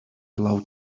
loud